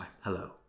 hello